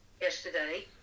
yesterday